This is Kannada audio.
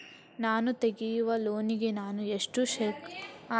ನಾನು ತೆಗಿಯುವ ಲೋನಿಗೆ ನಾನು ಎಷ್ಟು ಶೇಕಡಾ ಬಡ್ಡಿ ಕಟ್ಟಲು ಬರ್ಬಹುದು ಅಂತ ನನಗೆ ಹೇಳ್ತೀರಾ?